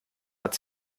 hat